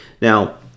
now